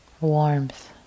Warmth